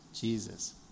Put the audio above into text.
Jesus